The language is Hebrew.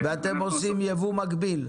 ואתם עושים יבוא מקביל?